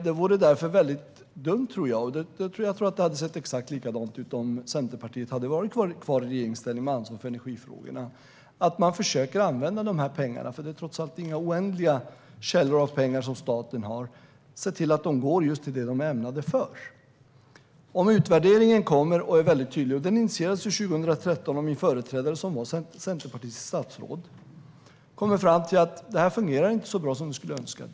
Jag tror att det hade sett exakt likadant ut om Centerpartiet hade varit kvar i regeringsställning med ansvar för energifrågorna. Man hade, liksom vi, försökt se till att pengarna gick till just det de är ämnade för - staten har trots allt inga oändliga källor med pengar. Utvärderingen, som initierades 2013 av min företrädare som var centerpartistiskt statsråd, visar tydligt att det inte fungerar så bra som vi önskar.